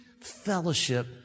fellowship